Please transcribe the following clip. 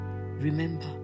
Remember